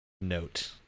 note